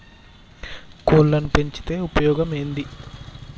కోళ్లని పెంచితే ఉపయోగం ఏంది?